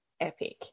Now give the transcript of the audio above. epic